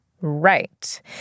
Right